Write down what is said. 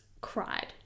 cried